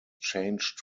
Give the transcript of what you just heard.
changed